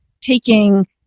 taking